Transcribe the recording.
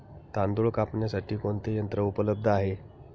तांदूळ कापण्यासाठी कोणते यंत्र उपलब्ध आहे?